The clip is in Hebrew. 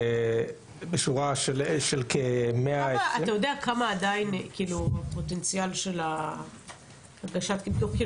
אתה יודע כמה עדיין פוטנציאל הגשת כתבי האישום?